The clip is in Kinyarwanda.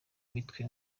mitwe